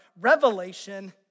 revelation